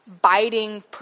biting